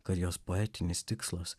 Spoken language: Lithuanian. kad jos poetinis tikslas